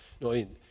no